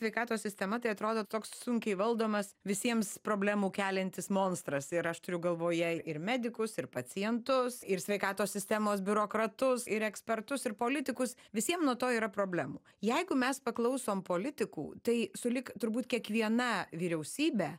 sveikatos sistema tai atrodo toks sunkiai valdomas visiems problemų keliantis monstras ir aš turiu galvoje ir medikus ir pacientus ir sveikatos sistemos biurokratus ir ekspertus ir politikus visiem nuo to yra problemų jeigu mes paklausom politikų tai sulig turbūt kiekviena vyriausybe